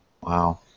Wow